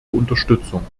unterstützung